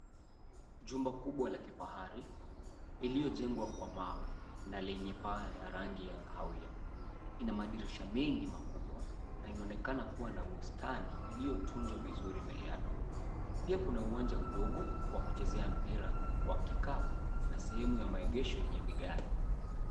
Jumba kubwa la kifahari iliyojengwa kwa mawe na lenye paa ya rangi ya kahawia, ina madirisha mengi makubwa na inaonekana kuwa na bustani iliyotunzwa vizuri mbele yake. Pia kuna uwanja mdogo wa kuchezea mpira wa kikapu na sehemu ya maegesho yenye vigae.